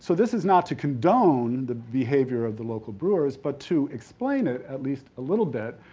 so this is not to condone the behavior of the local brewers, but to explain it at least a little bit,